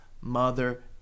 mother